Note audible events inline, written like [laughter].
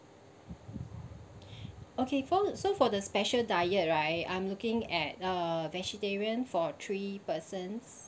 [breath] okay for so for the special diet right I'm looking at uh vegetarian for three persons